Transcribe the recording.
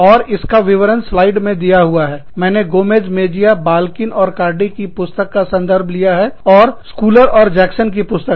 और इसका विवरण स्लाइड में दिया हुआ है मैंने गोमेज मेजिया बल्किन और कार्डी की पुस्तक का संदर्भ लिया है और स्कूलर और जैक्सन की पुस्तक